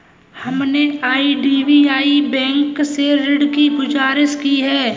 हमने आई.डी.बी.आई बैंक से ऋण की गुजारिश की है